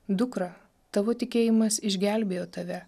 dukra tavo tikėjimas išgelbėjo tave